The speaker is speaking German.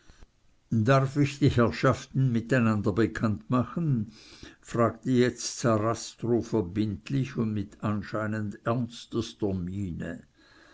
darf ich die herrschaften miteinander bekannt machen fragte jetzt sarastro verbindlich und mit anscheinend ernstester